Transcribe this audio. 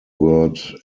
word